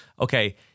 Okay